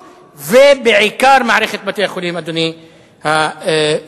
ובעיקר במערכת בתי-החולים, אדוני היושב-ראש.